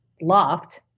loft